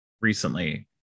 recently